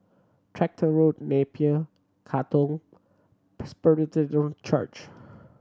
Tractor Road Napier Katong Presbyterian Church